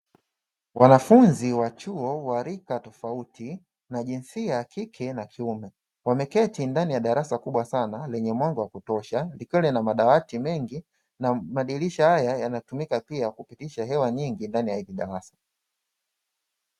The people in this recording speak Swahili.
Wanafunzi wa chuo, wa rika tofauti na jinsia ya kike na kiume wameketi ndani ya darasa kubwa sana, lenye mwanga wa kutosha likiwa lina madawati mengi na madirisha haya yanatumika pia kupitisha hewa nyingi ndani ya hili darasa.